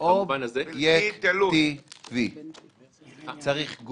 שאלתי מי